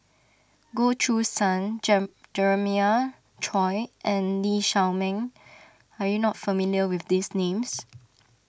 Goh Choo San Jem Jeremiah Choy and Lee Shao Meng are you not familiar with these names